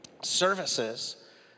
services